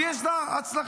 יש לה הצלחה.